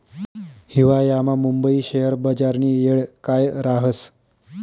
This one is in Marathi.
हिवायामा मुंबई शेयर बजारनी येळ काय राहस